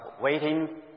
waiting